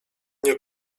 nie